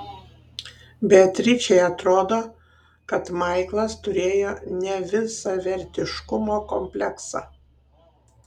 beatričei atrodo kad maiklas turėjo nevisavertiškumo kompleksą